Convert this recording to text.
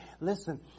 listen